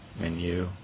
menu